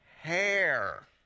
hair